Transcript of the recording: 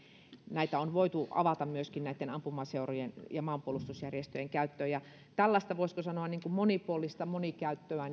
näitä on voitu avata myöskin ampumaseurojen ja maanpuolustusjärjestöjen käyttöön toivoisi että tällaista voisiko sanoa monipuolista monikäyttöä